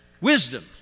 Wisdom